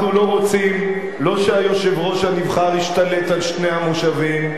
אנחנו לא רוצים לא שהיושב-ראש הנבחר ישתלט על שני המושבים,